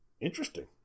Interesting